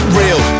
real